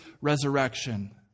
resurrection